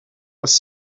was